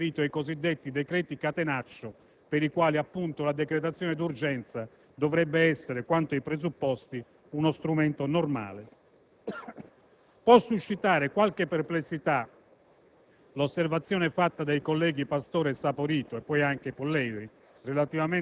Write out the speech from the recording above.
vigore è una condizione che i legislatori della Costituente avrebbero riferito ai cosiddetti decreti catenaccio, per i quali appunto la decretazione d'urgenza, quanto ai presupposti, dovrebbe essere uno strumento normale. Può suscitare qualche perplessità